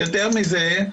יותר מזה,